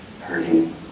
hurting